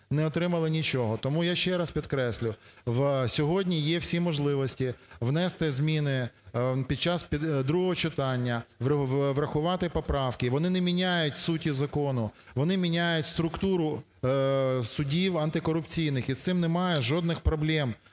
не отримали нічого. Тому я ще раз підкреслюю, сьогодні є всі можливості внести зміни, під час другого читання врахувати поправки. Вони не міняють суті закону, вони міняють структуру судів антикорупційних і з цим немає жодних проблем